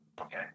okay